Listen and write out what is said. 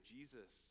Jesus